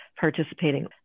participating